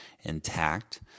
intact